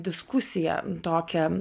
diskusiją tokią